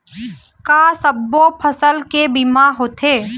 का सब्बो फसल के बीमा होथे?